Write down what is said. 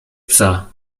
psa